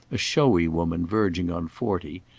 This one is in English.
a showy woman verging on forty,